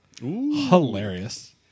Hilarious